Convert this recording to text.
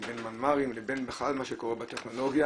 לבין מנמ"רים לבין בכלל מה שקורה בטכנולוגיה.